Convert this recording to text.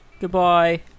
Goodbye